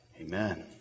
Amen